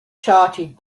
charted